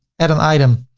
add an item,